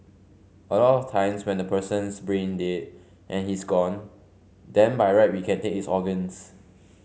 a lot of times when the person's brain dead and he's gone then by right we can take his organs